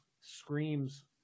screams